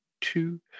two